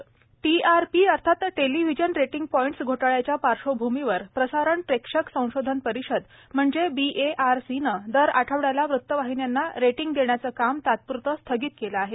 TRP TRP अर्थात television rating points घोटाळ्याच्या पार्श्वभूमीवर प्रसारण प्रेक्षक संशोधन परिषद म्हणजे बीएआरसीनं दर आठवड्याला वृत्तवाहिन्यांना रेटिंग देण्याचं काम तात्प्रतं स्थगित केलं आहे